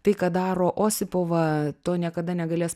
tai ką daro osipova to niekada negalės